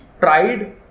tried